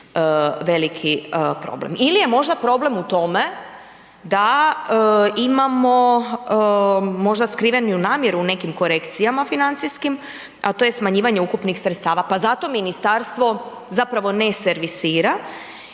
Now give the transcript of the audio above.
veliki problem. Ili je možda problem u tome da imamo možda skrivenu namjeru u nekim korekcijama financijskim, a to je smanjivanje ukupnih sredstava, pa zato ministarstvo zapravo ne servisira